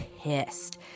pissed